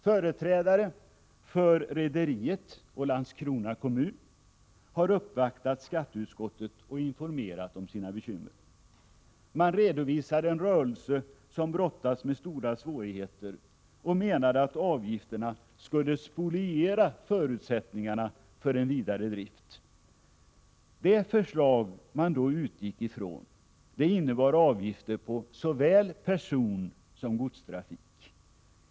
Företrädare för rederiet och Landskrona kommun har uppvaktat skatteutskottet och informerat om sina bekymmer. Man redovisade en rörelse som brottas med stora svårigheter och menade att avgifterna skulle spoliera förutsättningarna för en vidare drift. Det förslag man då utgick från innebar avgifter på såväl personsom godstrafik.